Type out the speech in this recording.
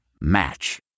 Match